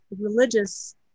religious